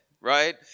right